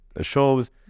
shows